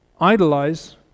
idolize